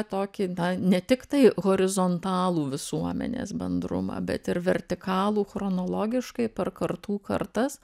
tokį na ne tiktai horizontalų visuomenės bendrumą bet ir vertikalų chronologiškai per kartų kartas